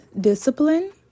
discipline